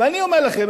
ואני אומר לכם,